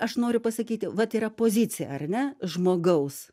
aš noriu pasakyti vat yra pozicija ar ne žmogaus